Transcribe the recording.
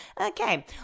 Okay